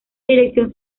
dirección